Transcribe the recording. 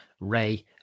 Ray